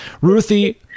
Ruthie